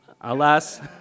alas